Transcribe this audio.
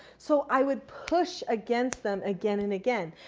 so, i would push against them again and again.